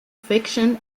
fiction